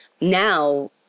now